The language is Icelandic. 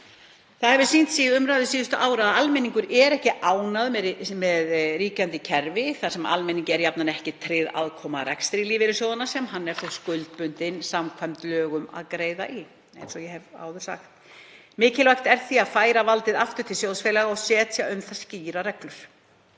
Það hefur sýnt sig í umræðu síðustu ára að almenningur er ekki ánægður með ríkjandi kerfi þar sem almenningi er jafnan ekki tryggð aðkoma að rekstri lífeyrissjóða sem hann er þó skuldbundinn samkvæmt lögum til að greiða í, eins og ég hef áður sagt. Mikilvægt er því að færa valdið aftur til sjóðfélaga og setja um það skýrar reglur.